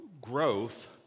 growth